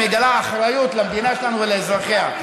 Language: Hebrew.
שמגלה אחריות למדינה שלנו ולאזרחיה.